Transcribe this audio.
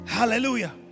Hallelujah